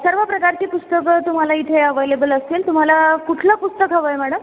सर्व प्रकारची पुस्तकं तुम्हाला इथे अॅवलेबल असतील तुम्हाला कुठलं पुस्तक हवं आहे मॅडम